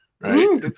right